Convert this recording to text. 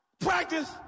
practice